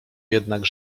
jednak